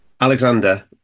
Alexander